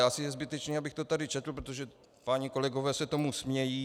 Asi je zbytečné, abych to tady četl, protože páni kolegové se tomu smějí.